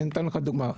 אני נותן לך דוגמה.